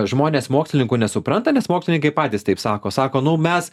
žmonės mokslininkų nesupranta nes mokslininkai patys taip sako sako nu mes